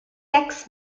tex